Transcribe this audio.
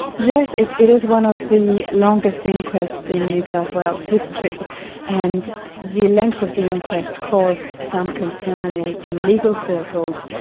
yes, it it is one of the longest inquests in new south wales history and the length of the inquest caused some concern in in legal circles,